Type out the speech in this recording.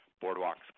Boardwalk's